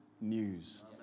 news